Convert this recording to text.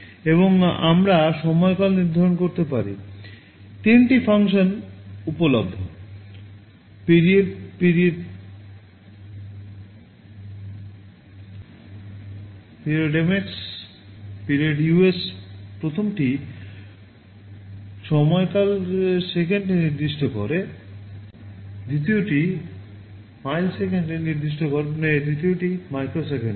এবং আমরা সময়কাল নির্ধারণ করতে পারি তিনটি ফাংশন উপলভ্য period period ms period us প্রথমটি সময়কাল সেকেন্ডে নির্দিষ্ট করে দ্বিতীয়টি মিলিসেকেন্ডে নির্দিষ্ট করে তৃতীয়টি মাইক্রোসেকেন্ডে